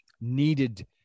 needed